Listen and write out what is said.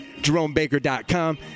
JeromeBaker.com